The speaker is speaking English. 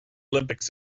olympics